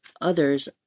others